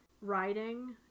writing